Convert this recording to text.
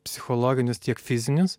psichologinius tiek fizinius